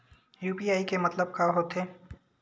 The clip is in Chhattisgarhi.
यू.पी.आई के मतलब का होथे?